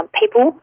people